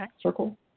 circle